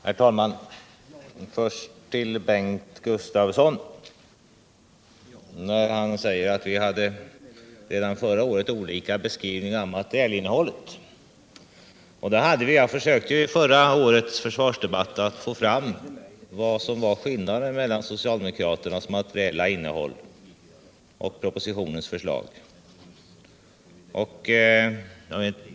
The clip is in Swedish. Herr talman! Först några ord till Bengt Gustavsson, som säger att vi redan förra året hade olika beskrivningar av det materiella innehållet. Jag försökte i förra årets försvarsdebatt få fram vad som var skillnaden mellan det materiella innehållet i socialdemokraternas och i propositionens förslag.